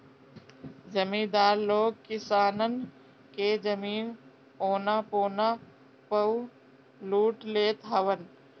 जमीदार लोग किसानन के जमीन औना पौना पअ लूट लेत हवन